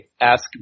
ask